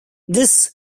this